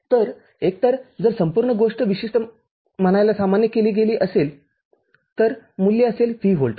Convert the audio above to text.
तरएकतर जर संपूर्ण गोष्ट विशिष्ट म्हणायला सामान्य केली गेली असेल तर मूल्य असेल V व्होल्ट